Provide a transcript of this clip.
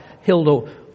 Hilda